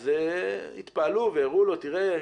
אז התפעלו והראו לו: תראה,